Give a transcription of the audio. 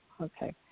Okay